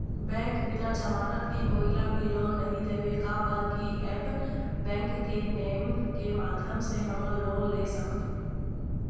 Bank बिना जमानत के कोई ला भी लोन नहीं देवे का बर की ऐप बैंक के नेम के माध्यम से हमन लोन ले सकथन?